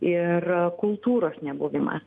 ir kultūros nebuvimas